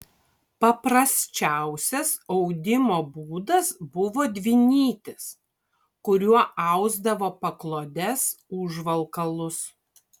paprasčiausias audimo būdas buvo dvinytis kuriuo ausdavo paklodes užvalkalus